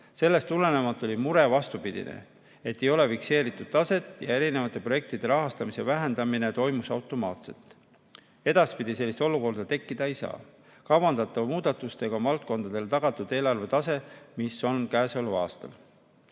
Sellest tulenevalt oli mure vastupidine, et ei ole fikseeritud taset ja projektide rahastamise vähendamine toimus automaatselt. Edaspidi sellist olukorda tekkida ei saa. Kavandatavate muudatustega on valdkondadele tagatud see eelarve tase, mis on käesoleval aastal.